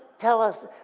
tell us,